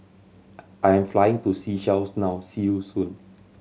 I am flying to Seychelles now see you soon